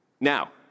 Now